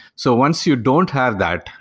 so once you don't have that,